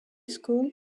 school